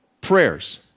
prayers